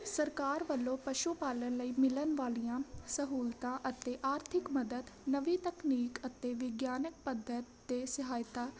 ਸਰਕਾਰ ਵੱਲੋਂ ਪਸ਼ੂ ਪਾਲਣ ਲਈ ਮਿਲਣ ਵਾਲੀਆਂ ਸਹੂਲਤਾਂ ਅਤੇ ਆਰਥਿਕ ਮਦਦ ਨਵੀਂ ਤਕਨੀਕ ਅਤੇ ਵਿਗਿਆਨਕ ਪੱਧਰ 'ਤੇ ਸਹਾਇਤਾ